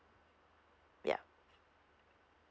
yup